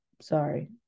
sorry